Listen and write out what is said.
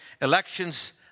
Elections